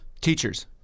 Teachers